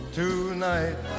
tonight